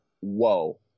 whoa